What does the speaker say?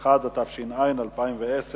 17), התש"ע 2010,